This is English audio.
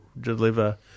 deliver